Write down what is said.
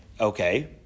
Okay